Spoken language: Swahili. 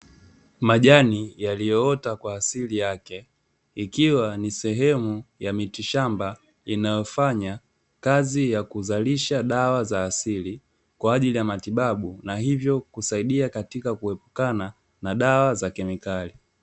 Majani yaliyoota kwa asili yake. Ikiwa ni sehemu ya mitishamba inayofanya kazi ya kuzalisha dawa za asili kwaajili ya matibabu, na hivyo kusaidia katika kuepukana na dawa za kemikali.